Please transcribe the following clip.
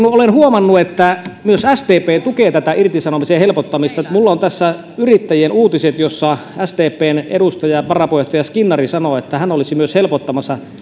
olen huomannut että myös sdp tukee tätä irtisanomisen helpottamista minulla on tässä yrittäjien uutiset jossa sdpn edustaja varapuheenjohtaja skinnari sanoo että hän olisi myös helpottamassa